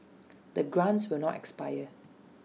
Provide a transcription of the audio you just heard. the grants will not expire